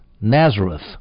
Nazareth